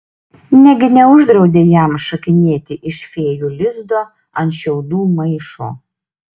negi neuždraudė jam šokinėti iš fėjų lizdo ant šiaudų maišo